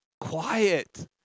quiet